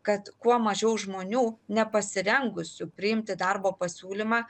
kad kuo mažiau žmonių nepasirengusių priimti darbo pasiūlymą